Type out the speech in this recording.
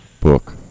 book